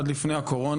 עד לפני הקורונה,